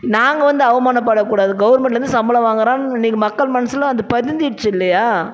நாங்கள் வந்து அவமானப்படக்கூடாது கவர்மெண்ட்லந்து சம்பளம் வாங்குகிறோம் இன்னக்கு மக்கள் மனசில் அது பதிஞ்சிடுச்சு இல்லையா